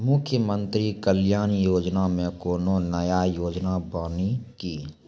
मुख्यमंत्री कल्याण योजना मे कोनो नया योजना बानी की?